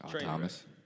Thomas